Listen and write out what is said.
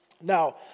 Now